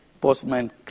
postman